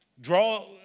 draw